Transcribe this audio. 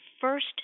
first